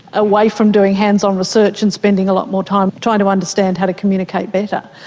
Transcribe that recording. away from doing hands-on research and spending a lot more time trying to understand how to communicate better.